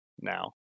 now